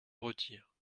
retire